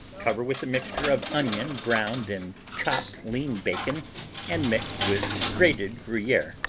cover with a mixture of onion browned in chopped lean bacon and mixed with grated gruyere.